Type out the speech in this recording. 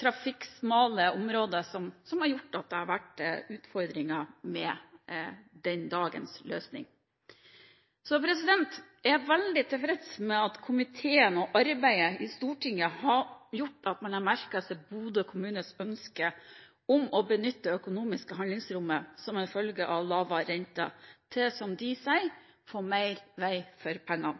trafikksmale områder som har gjort at det har vært utfordringer med dagens løsning. Jeg er veldig tilfreds med at komiteen og arbeidet i Stortinget har gjort at man har merket seg Bodø kommunes ønske om å benytte det økonomiske handlingsrommet som følger av lavere rente, til – som de sier – å få mer vei for